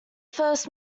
first